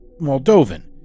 Moldovan